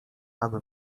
aby